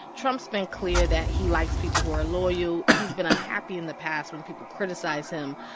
trump's made clear that he likes people who are loyal. he's been unhappy in the past when people criticize him.